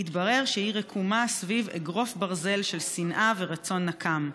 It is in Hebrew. יתברר שהיא רקומה סביב אגרוף ברזל של שנאה ורצון נקם,